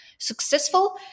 successful